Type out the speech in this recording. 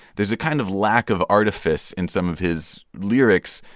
there's a kind of lack of artifice in some of his lyrics,